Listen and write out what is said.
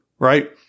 right